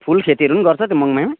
फुलखेतीहरू पनि गर्छ त्यो मङमायामा